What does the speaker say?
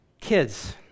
Kids